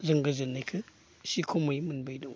जों गोजोननायखौ एसे खमै मोनबाय दं